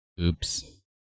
Oops